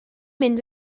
mynd